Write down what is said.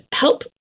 help